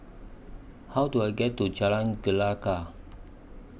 How Do I get to Jalan Gelegar